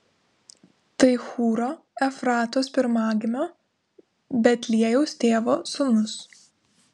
tai hūro efratos pirmagimio betliejaus tėvo sūnūs